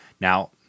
Now